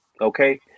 Okay